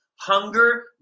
Hunger